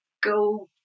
go